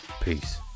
Peace